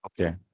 Okay